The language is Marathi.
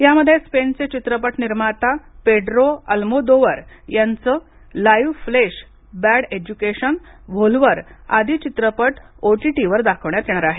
यामध्ये स्पेनचे चित्रपट निर्माता पेड्रो अल्मोदोवर यांचे Live Flesh Bad Education Volver आदी चित्रपट ओटीटीवर दाखवण्यात येणार आहेत